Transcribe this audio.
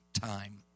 time